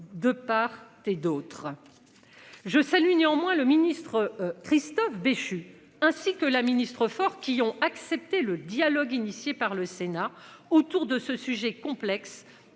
de part et d'autre. Je salue néanmoins le ministre Christophe Béchu ainsi que la ministre fort qui ont accepté le dialogue initié par le Sénat, autour de ce sujet complexe